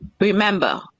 remember